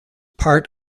part